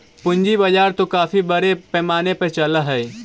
पूंजी बाजार तो काफी बड़े पैमाने पर चलअ हई